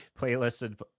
playlisted